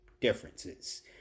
differences